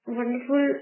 wonderful